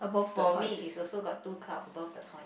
for me is also got two cloud above the